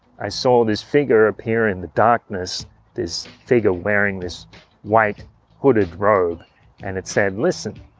i saw this figure appear in the darkness this figure wearing this white hooded robe and it said listen